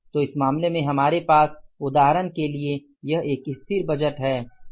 तो इस मामले में हमारे पास उदाहरण के लिए यह एक स्थिर बजट है